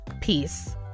Peace